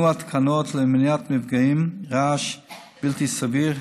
התקנות למניעת מפגעים (רעש בלתי סביר),